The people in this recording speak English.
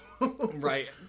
Right